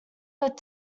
led